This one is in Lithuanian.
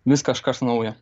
vis kažkas naujo